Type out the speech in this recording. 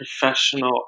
professional